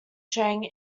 chang